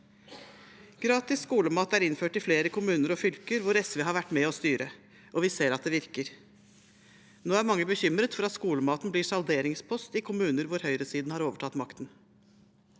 Gratis skolemat er innført i flere kommuner og fylker hvor SV har vært med å styre, og vi ser at det virker. Nå er mange bekymret for at skolemat blir en salderingspost i kommuner hvor høyresiden har overtatt makten.